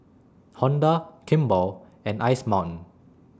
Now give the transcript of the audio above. Honda Kimball and Ice Mountain